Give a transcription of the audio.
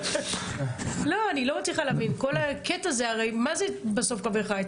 הרי מה זה קווי חיץ?